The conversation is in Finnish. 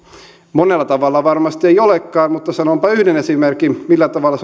monella tavalla varmasti ei olekaan mutta sanonpa yhden esimerkin millä tavalla